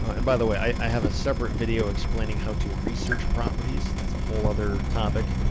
and by the way, i have a separate video explaining how to research properties. that's a whole other topic.